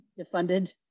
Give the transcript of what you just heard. defunded